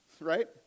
right